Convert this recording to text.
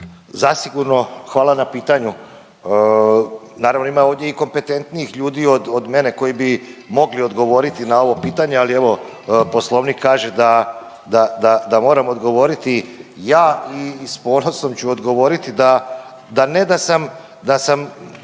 Zasigurno hvala na pitanju. Naravno ima ovdje i kompetentnijih ljudi od mene koji bi mogli odgovoriti na ovo pitanje, ali evo Poslovnik kaže da moram odgovoriti ja. I s ponosom ću odgovoriti da ne da sam,